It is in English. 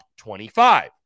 25